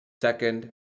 second